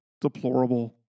deplorable